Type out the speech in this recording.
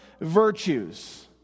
virtues